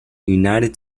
united